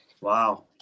Wow